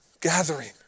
gathering